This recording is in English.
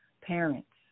parents